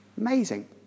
Amazing